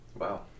Wow